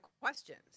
questions